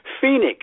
Phoenix